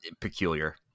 peculiar